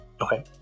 Okay